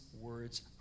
words